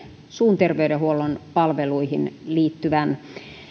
suun terveydenhuollon palveluihin liittyvän